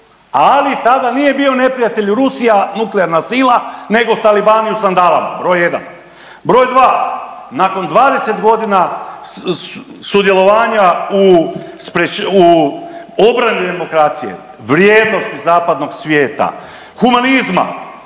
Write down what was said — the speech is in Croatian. Ali tada nije bio neprijatelj Rusija nuklearna sila nego talibani u sandalama broj jedan. Broj dva, nakon 20 godina sudjelovanja u obrani demokracije vrijednosti zapadnog svijeta, humanizma